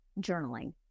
journaling